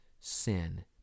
sin